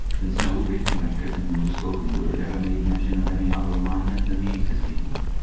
since no written record, and no spoken word, ever made mention of any other alignment than the existing one.